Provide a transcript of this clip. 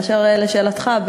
באשר לשאלתך,